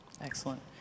Excellent